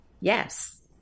Yes